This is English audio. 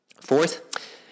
Fourth